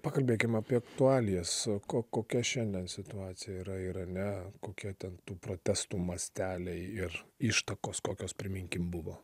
pakalbėkime apie aktualijas o kokia šiandien situacija yra irane kokia ten tų protestų masteliai ir ištakos kokios priminkime buvo